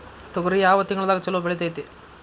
ತೊಗರಿ ಯಾವ ತಿಂಗಳದಾಗ ಛಲೋ ಬೆಳಿತೈತಿ?